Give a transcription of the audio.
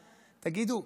תגידו,